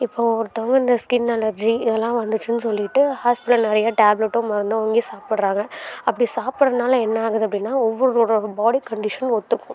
இப்போ ஒருத்தவங்க இந்த ஸ்கின் அலர்ஜி இதெல்லாம் வந்துச்சின்னு சொல்லிட்டு ஹாஸ்பிட்டல் நிறைய டேப்லெட்டும் மருந்தும் வாங்கி சாப்பிட்றாங்க அப்படி சாப்பிட்றனால என்ன ஆகுது அப்படின்னா ஒவ்வொருவரோடய பாடி கண்டிஷன் ஒத்துக்கும்